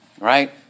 right